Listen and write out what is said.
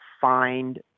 find